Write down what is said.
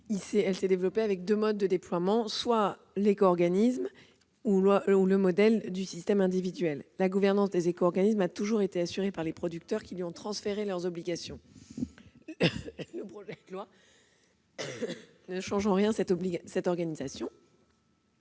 il s'est développé selon les deux modèles de l'éco-organisme ou du système individuel. La gouvernance des éco-organismes a toujours été assurée par les producteurs qui leur ont transféré leurs obligations. Le projet loi ne change en rien cette organisation.